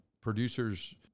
producers